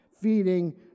Feeding